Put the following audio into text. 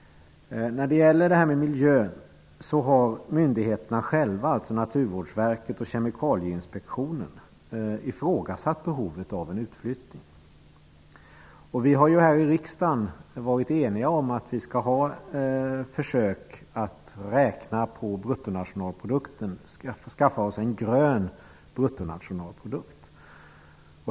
När det gäller miljön har myndigheterna själva, alltså Naturvårdsverket och Kemikalieinspektionen, ifrågasatt behovet av en utflyttning. Vi har ju här i riksdagen varit eniga om att vi skall ha försök att räkna på bruttonationalprodukten, skaffa oss en ''grön'' bruttonationalprodukt.